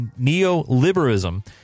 neoliberalism